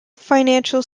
financial